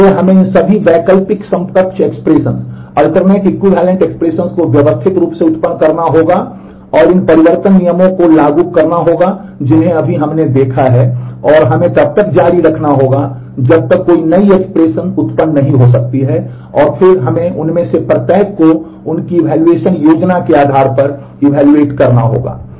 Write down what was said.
इसलिए हमें इन सभी वैकल्पिक समकक्ष एक्सप्रेशंस करना होगा